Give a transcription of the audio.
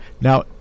now